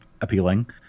appealing